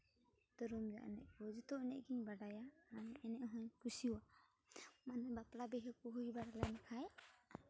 ᱫᱩᱨᱩᱢᱡᱷᱟᱜ ᱮᱱᱮᱡ ᱠᱚ ᱡᱚᱛᱚ ᱮᱱᱮᱡ ᱜᱤᱧ ᱵᱟᱲᱟᱭᱟ ᱮᱱᱮᱡ ᱦᱚᱸᱧ ᱠᱩᱥᱤᱭᱟᱜᱼᱟ ᱢᱟᱱᱮ ᱵᱟᱯᱞᱟ ᱵᱤᱦᱟᱹ ᱠᱚ ᱦᱩᱭ ᱵᱟᱲᱟ ᱞᱮᱱᱠᱷᱟᱱ